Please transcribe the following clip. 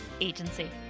Agency